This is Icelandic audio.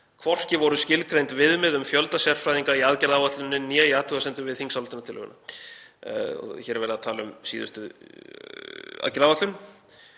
Hvorki voru skilgreind viðmið um fjölda sálfræðinga í aðgerðaáætluninni né í athugasemdum við þingsályktunartillöguna.“ Hér er verið að tala um síðustu aðgerðaáætlun.